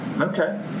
okay